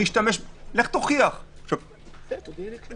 והצעתי הצעת חוק- - אגב,